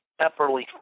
Epperly